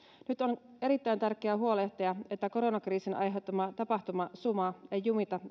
nyt on erittäin tärkeää huolehtia että koronakriisin aiheuttama tapahtumasuma ei jumita